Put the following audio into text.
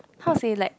how to say like